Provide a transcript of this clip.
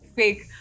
fake